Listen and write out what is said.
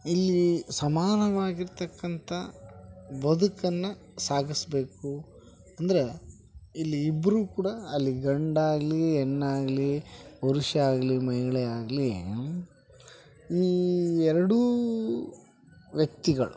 ಇಲ್ಲಿ ಸಮಾನವಾಗಿರತಕ್ಕಂಥ ಬದುಕನ್ನು ಸಾಗಿಸ್ಬೇಕು ಅಂದ್ರೆ ಇಲ್ಲಿ ಇಬ್ಬರೂ ಕೂಡ ಅಲ್ಲಿ ಗಂಡಾಗಲಿ ಹೆಣ್ಣಾಗ್ಲಿ ಪುರುಷ ಆಗಲಿ ಮಹಿಳೆ ಆಗಲಿ ಈ ಎರಡೂ ವ್ಯಕ್ತಿಗಳು